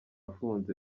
afunze